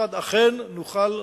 כיצד אכן נוכל לחתום,